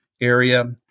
area